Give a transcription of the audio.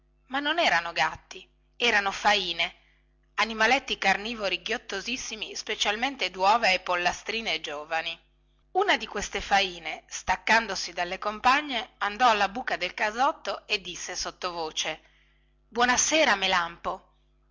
ma non erano gatti erano faine animaletti carnivori ghiottissimi specialmente di uova e di pollastrine giovani una di queste faine staccandosi dalle sue compagne andò alla buca del casotto e disse sottovoce buona sera melampo